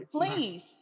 please